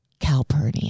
calpurnia